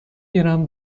گرم